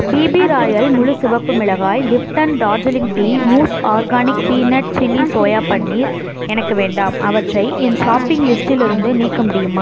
BP royal முழு சிவப்பு மிளகாய் Lipton Darjeeling tea moose organic peanut chilli soya paneer எனக்கு வேண்டாம் அவற்றை என் ஷாப்பிங் லிஸ்டிலிருந்து நீக்க முடியுமா